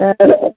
तर